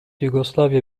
yugoslavya